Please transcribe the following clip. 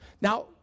Now